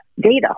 data